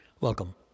Welcome